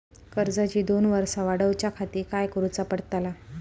कर्जाची दोन वर्सा वाढवच्याखाती काय करुचा पडताला?